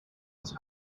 oss